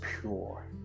pure